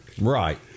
right